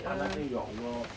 panasnya ya allah